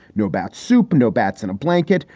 no bat soup, no bats in a blanket,